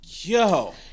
Yo